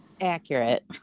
Accurate